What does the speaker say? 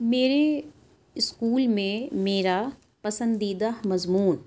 میرے اسکول میں میرا پسندیدہ مضمون